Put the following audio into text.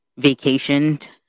vacationed